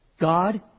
God